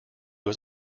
was